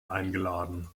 eingeladen